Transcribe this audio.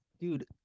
Dude